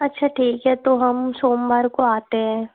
अच्छा ठीक है तो हम सोमवार को आते हैं